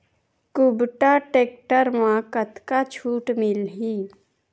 कुबटा टेक्टर म कतका छूट मिलही?